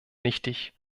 nichtig